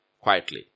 Quietly